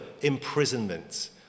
imprisonment